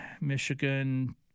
Michigan